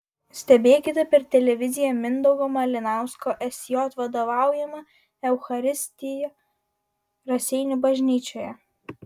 stebėkite per televiziją mindaugo malinausko sj vadovaujamą eucharistiją raseinių bažnyčioje